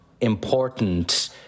important